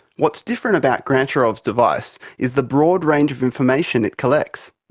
what's different about grantcharov's device is the broad range of information it collects.